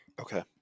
okay